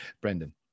Brendan